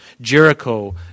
Jericho